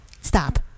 Stop